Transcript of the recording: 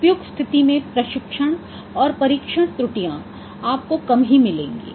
उपयुक्त स्थिति में प्रशिक्षण और परिक्षण त्रुटियाँ आपको कम ही मिलेंगी